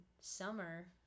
summer